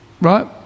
Right